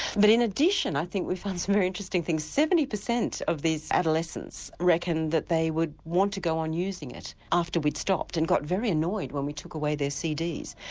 but in addition i think we found some very interesting things, seventy percent of these adolescents reckoned that they would want to go on using it after we'd stopped and got very annoyed when we took away their cds.